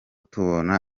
tubona